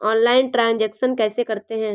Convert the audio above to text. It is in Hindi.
ऑनलाइल ट्रांजैक्शन कैसे करते हैं?